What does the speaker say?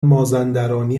مازندرانی